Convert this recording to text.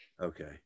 okay